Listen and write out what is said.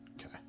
Okay